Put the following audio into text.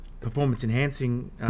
performance-enhancing